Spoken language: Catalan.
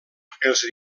els